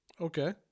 Okay